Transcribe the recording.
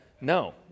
No